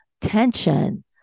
tension